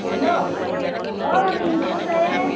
hello অঁ মামী কি কৰছে এ